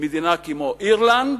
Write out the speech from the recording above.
מדינה כמו אירלנד.